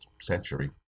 century